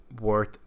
worth